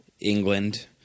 England